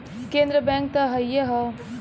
केन्द्र बैंक त हइए हौ